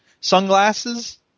sunglasses